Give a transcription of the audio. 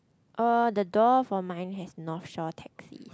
uh the door for mine has North shore taxi